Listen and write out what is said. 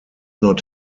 not